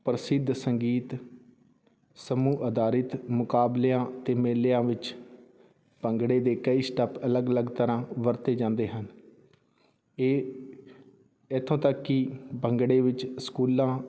ਪ੍ਰਸਿੱਧ ਸੰਗੀਤ ਸਮੂਹ ਅਧਾਰਿਤ ਮੁਕਾਬਲਿਆਂ ਅਤੇ ਮੇਲਿਆਂ ਵਿੱਚ ਭੰਗੜੇ ਦੇ ਕਈ ਸਟੈਪ ਅਲੱਗ ਅਲੱਗ ਤਰ੍ਹਾਂ ਵਰਤੇ ਜਾਂਦੇ ਹਨ ਇਹ ਇੱਥੋਂ ਤੱਕ ਕਿ ਭੰਗੜੇ ਵਿੱਚ ਸਕੂਲਾਂ